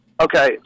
Okay